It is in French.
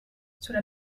cela